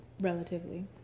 Relatively